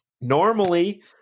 Normally